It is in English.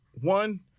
One